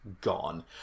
gone